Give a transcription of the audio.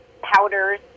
powders